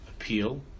appeal